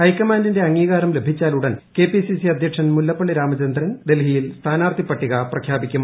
ഹൈക്കമാൻഡിന്റെ അംഗീകാരം ലഭിച്ചാലുടൻ കെപിസിസി അധ്യക്ഷൻ മുല്ലപ്പള്ളി രാമചന്ദ്രൻ ഡൽഹിയിൽ സ്ഥാനാർത്ഥി പട്ടിക പ്രഖ്യാപിക്കും